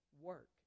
work